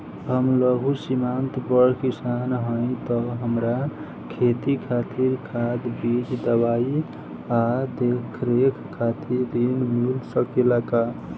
हम लघु सिमांत बड़ किसान हईं त हमरा खेती खातिर खाद बीज दवाई आ देखरेख खातिर ऋण मिल सकेला का?